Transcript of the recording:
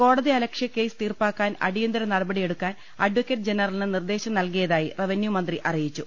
കോടതി അല ക്ഷ്യ കേസ് തീർപ്പാക്കാൻ അടിയന്തിര നടപടിയെടുക്കാൻ അഡ്വക്കറ്റ് ജ നറലിന് നിർദ്ദേശം നൽകിയതായി റവന്യു മന്ത്രി അറിയിച്ചു